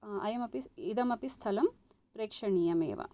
अयमपि इदमपि स्थलं प्रेक्षणीयमेव